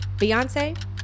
Beyonce